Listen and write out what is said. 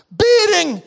beating